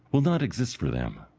will not exist for them.